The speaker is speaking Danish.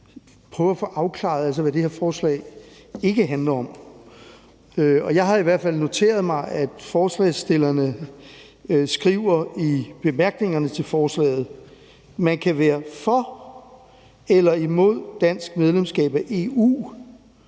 at prøve at få afklaret, hvad det her forslag ikke handler om. Jeg har i hvert fald noteret mig, at forslagsstillerne skriver i bemærkningerne til forslaget: »Man kan være for eller imod dansk medlemskab af EU,